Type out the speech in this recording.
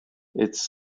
its